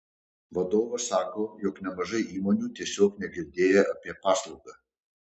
vadovas sako jog nemažai įmonių tiesiog negirdėję apie paslaugą